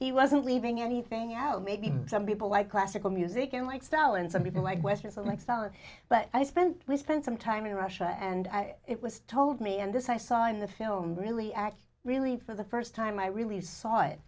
he wasn't leaving anything out maybe some people like classical music and like stalin some people like westerns and like stalin but i spent we spent some time in russia and it was told me and this i saw in the film really at really for the first time i really saw it